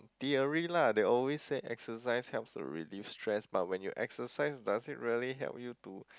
theory lah they always say exercise helps to relief stress but when you exercise does it really help you to